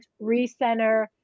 recenter